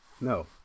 No